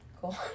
Cool